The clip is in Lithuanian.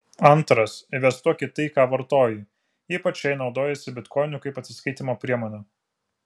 antras investuok į tai ką vartoji ypač jei naudojiesi bitkoinu kaip atsiskaitymo priemone